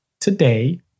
today